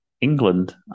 England